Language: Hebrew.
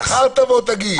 מחר תבוא ותגיד.